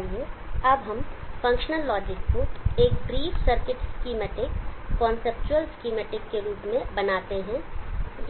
आइए अब हम फंक्शनल लॉजिक को एक brief circuit schematic conceptual schematic के रूप में बनाते हैं